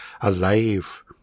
alive